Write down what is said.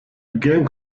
begin